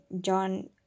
John